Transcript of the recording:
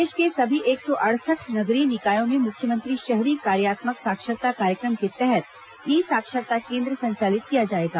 प्रदेश के सभी एक सौ अड़सठ नगरीय निकायों में मुख्यमंत्री शहरी कार्यात्मक साक्षरता कार्यक्रम के तहत ई साक्षरता केन्द्र संचालित किया जाएगा